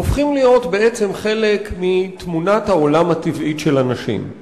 הופכים להיות בעצם חלק מתמונת העולם הטבעית של אנשים.